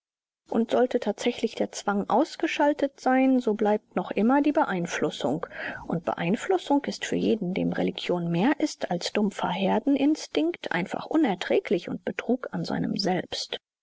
und sollte tatsächlich der zwang ausgeschaltet sein so bleibt noch immer die beeinflussung und beeinflussung ist für jeden dem religion mehr ist als dumpfer herdeninstinkt einfach unerträglich und betrug an seinem selbst